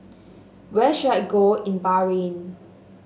where should I go in Bahrain